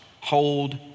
hold